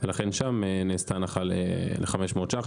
ולכן שם נעשתה הנחה ל-500 ש"ח.